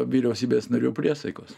vyriausybės narių priesaikos